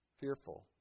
fearful